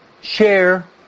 share